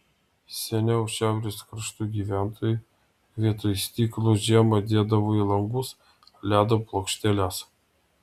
seniau šiaurės kraštų gyventojai vietoj stiklo žiemą dėdavo į langus ledo plokšteles